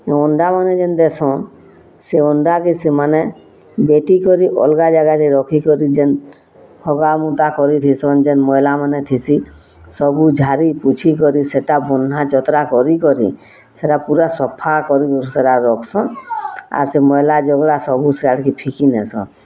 ଅଣ୍ଡା ମାନେ ଯେନ୍ ଦେସନ୍ ସେ ଅଣ୍ଡାକେ ସେମାନେ ବେଟିକରି ଅଲଗା ଜାଗାକେ ରଖିକରି ଯେନ୍ ହଗାମୁତା କରିଥିସନ୍ ଯେନ୍ ମଇଲା ମାନେ ଥିସି ସବୁ ଝାରି ପୁଛିକରି ସେଇଟା ବଁଢ଼୍ନା ଯତରା କରିକରି ସେଇଟା ପୂରା ସଫା କରି ସେଇଟା ରଖସନ୍ ଆର୍ ସେ ମଇଲା ଜବଡ଼ା ସବୁ ସିଆଡ଼କେ ଫିକିନେସନ୍